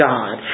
God